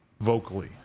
vocally